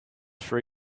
for